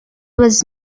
was